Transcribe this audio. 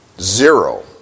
zero